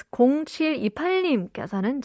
0728님께서는